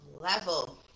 level